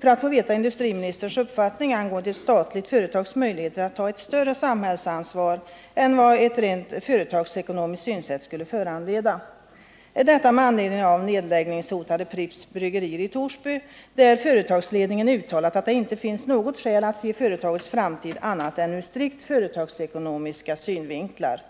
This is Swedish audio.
för att få veta industriministerns uppfattning angående ett statligt företags möjligheter att ta ett större samhällsansvar än vad ett rent företagsekonomiskt synsätt skulle föranleda — detta med anledning av nedläggningshotade Pripps Bryggeri i Torsby, där företagsledningen uttalat att det inte finns något skäl att se företagets framtid annat än ur strikt företagsekonomiska synvinklar.